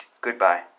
Goodbye